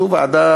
זו ועדה,